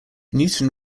newton